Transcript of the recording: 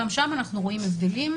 גם שם אנחנו רואים הבדלים.